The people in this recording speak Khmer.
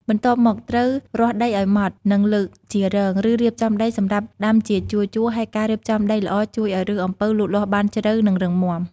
បន្ទាប់មក ត្រូវរាស់ដីឱ្យម៉ត់ និង លើកជារង ឬរៀបចំដីសម្រាប់ដាំជាជួរៗ ហើយការរៀបចំដីល្អជួយឱ្យឫសអំពៅលូតលាស់បានជ្រៅ និងរឹងមាំ។